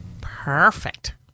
perfect